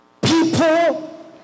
people